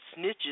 snitches